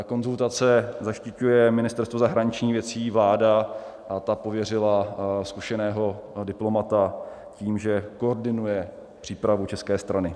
Konzultace zaštiťuje Ministerstvo zahraničních věcí, vláda a ta pověřila zkušeného diplomata tím, že koordinuje přípravu české strany.